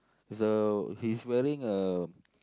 though he's wearing a